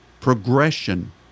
progression